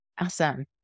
Awesome